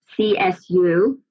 CSU